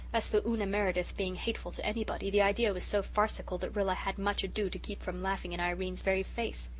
as for una meredith being hateful to anybody, the idea was so farcical that rilla had much ado to keep from laughing in irene's very face.